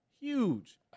huge